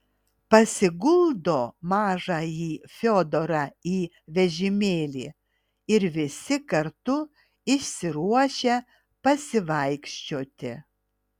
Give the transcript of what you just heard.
pasiguldo mažąjį fiodorą į vežimėlį ir visi kartu išsiruošia pasivaikščioti